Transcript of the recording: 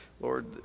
Lord